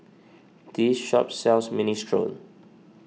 this shop sells Minestrone